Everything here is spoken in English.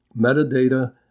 metadata